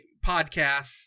podcasts